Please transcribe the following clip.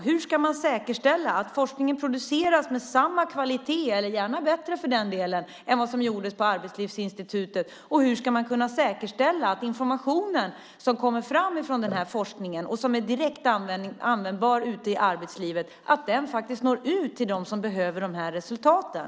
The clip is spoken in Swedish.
Hur ska man säkerställa att forskningen produceras med samma kvalitet - eller gärna bättre för den delen - som på Arbetslivsinstitutet. Och hur ska man kunna säkerställa att informationen som kommer fram från forskningen och som är direkt användbar ute i arbetslivet faktiskt når ut till dem som behöver resultaten?